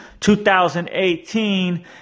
2018